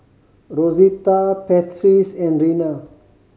Rosita Patrice and Rena